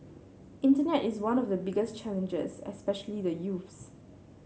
internet is one of the biggest challenges especially the youths